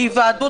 היוועדות